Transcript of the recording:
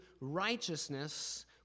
righteousness